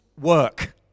work